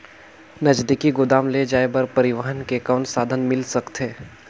नजदीकी गोदाम ले जाय बर परिवहन के कौन साधन मिल सकथे?